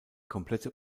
komplette